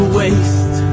waste